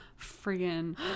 friggin